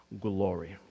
glory